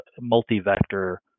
multi-vector